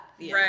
right